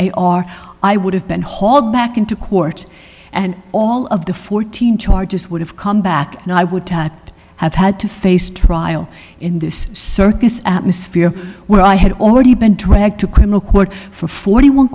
our i would have been hauled back into court and all of the fourteen charges would have come back and i would type have had to face trial in this circus atmosphere where i had already been dragged to criminal court for forty one